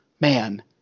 man